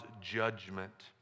judgment